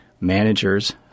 managers